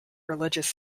religious